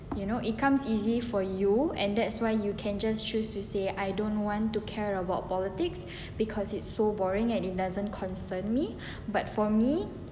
you know it comes easy for you and that's why you can just choose to say I don't want to care about politics because it's so boring and it doesn't concern me but for me